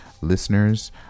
listeners